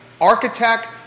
architect